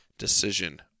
Decision